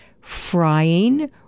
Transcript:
frying